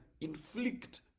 inflict